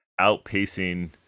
outpacing